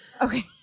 Okay